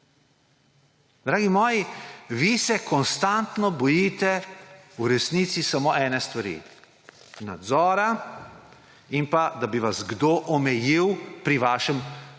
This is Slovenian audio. Dragi moji, vi se konstantno bojite v resnici samo ene stvari: nadzora in da bi vas kdo omejil pri vašem arbitrarnem